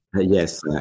Yes